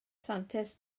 santes